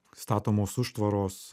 statomos užtvaros